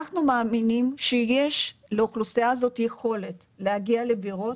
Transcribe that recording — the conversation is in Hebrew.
אנחנו מאמינים שיש לאוכלוסייה הזאת יכולת להגיע לבירות,